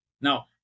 Now